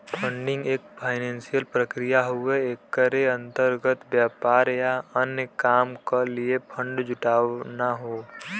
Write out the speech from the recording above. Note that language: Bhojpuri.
फंडिंग एक फाइनेंसियल प्रक्रिया हउवे एकरे अंतर्गत व्यापार या अन्य काम क लिए फण्ड जुटाना हौ